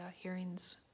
hearings